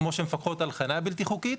כמו שהן מפקחות על חנייה בלתי חוקית,